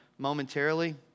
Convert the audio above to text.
momentarily